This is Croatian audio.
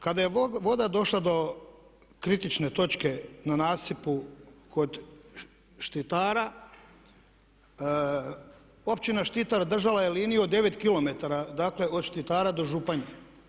Kada je voda došla do kritične točke na nasipu kod Štitara općina Štitar držala je liniju od 9 kilometara, dakle od Štitara do Županje.